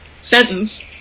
sentence